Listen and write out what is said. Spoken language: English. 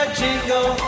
jingle